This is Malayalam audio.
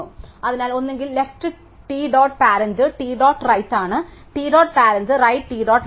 അതിനാൽ ഒന്നുകിൽ left T dot parent T dot right ആണ് T dot parent right t dot left ആണ്